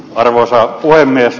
arvoisa puhemies